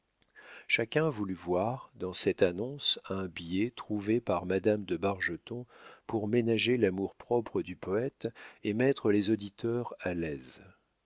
chacun voulut voir dans cette annonce un biais trouvé par madame de bargeton pour ménager l'amour-propre du poète et mettre les auditeurs à l'aise